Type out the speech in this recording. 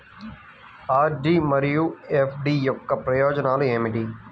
RD మరియు FD యొక్క ప్రయోజనాలు ఏమిటి?